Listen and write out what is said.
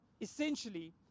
essentially